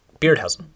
Beardhausen